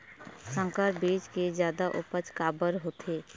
संकर बीज के जादा उपज काबर होथे?